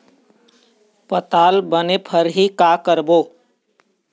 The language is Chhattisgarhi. पताल बने फरही का करबो?